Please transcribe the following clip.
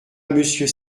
monsieur